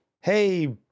hey